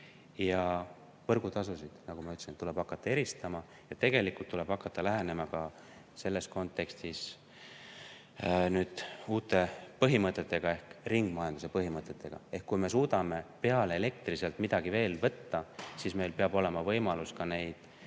Ja võrgutasusid, nagu ma ütlesin, tuleb hakata eristama. Tegelikult tuleb hakata lähenema ka selles kontekstis nüüd uute põhimõtetega ehk ringmajanduse põhimõtetega. Ehk kui me suudame peale elektri sealt midagi veel kätte saada, siis meil peab olema võimalus ka neid